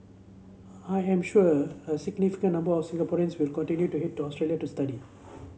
I am sure a significant number of Singaporeans will continue to head to Australia to study